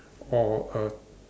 or a